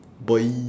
boy